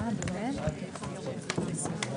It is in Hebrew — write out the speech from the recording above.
הישיבה